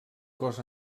cos